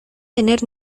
tener